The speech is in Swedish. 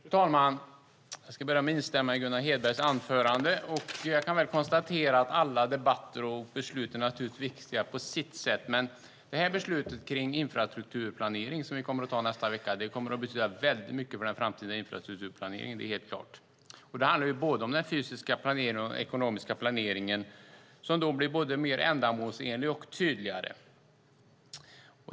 Fru talman! Jag börjar med att instämma i Gunnar Hedbergs anförande. Jag kan konstatera att alla debatter och beslut naturligtvis är viktiga på sitt sätt, men det beslut om infrastrukturplanering som vi kommer att fatta i nästa vecka kommer att betyda mycket för den framtida infrastrukturplaneringen - det är helt klart. Det handlar både om den fysiska planeringen och om den ekonomiska planeringen som blir mer ändamålsenlig och tydligare.